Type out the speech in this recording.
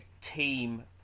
team